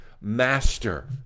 master